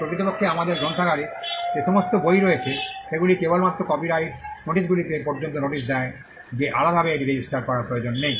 প্রকৃতপক্ষে আমাদের গ্রন্থাগারে যে সমস্ত বই রয়েছে সেগুলি কেবলমাত্র কপিরাইট নোটিশগুলিতে পর্যাপ্ত নোটিশ দেয় যে আলাদাভাবে এটি রেজিস্টার করার প্রয়োজন নেই